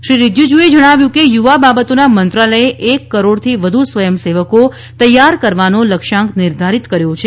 શ્રી રીજીજૂએ જણાવ્યું હતું કે યુવા બાબતોના મંત્રાલયે એક કરોડથી વધુ સ્વયંસેવકો તૈયાર કરવાનો લક્ષ્યાંક નિર્ધારિત કર્યો છે